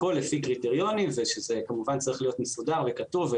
הכול לפי קריטריונים וזה כמובן צריך להיות מסודר וכתוב,